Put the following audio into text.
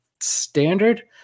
standard